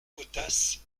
potasse